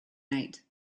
night